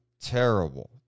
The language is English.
terrible